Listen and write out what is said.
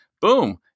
boom